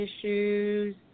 issues